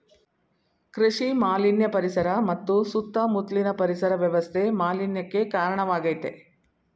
ಕೃಷಿ ಮಾಲಿನ್ಯ ಪರಿಸರ ಮತ್ತು ಸುತ್ತ ಮುತ್ಲಿನ ಪರಿಸರ ವ್ಯವಸ್ಥೆ ಮಾಲಿನ್ಯಕ್ಕೆ ಕಾರ್ಣವಾಗಾಯ್ತೆ